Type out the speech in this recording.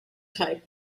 type